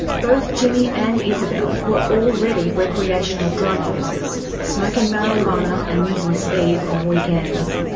both jimmy and isabelle were already recreational drug users, smoking marijuana and using speed on weekends.